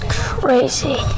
crazy